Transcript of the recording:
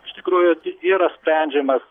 iš tikrųjų ti yra sprendžiamas